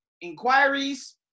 inquiries